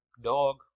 dog